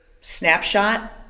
snapshot